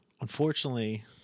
Unfortunately